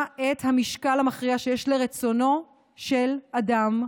את המשקל המכריע שיש לרצונו של אדם,